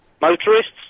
motorists